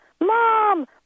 Mom